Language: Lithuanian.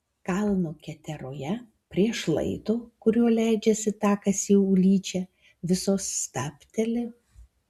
kalno keteroje prie šlaito kuriuo leidžiasi takas į ulyčią visos stabteli